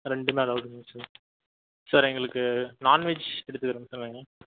ரெண்டுமே அலோடுங்களா sir sir எங்களுக்கு நான்வெஜ் எடுத்துக்குறேங்க சார் வேணா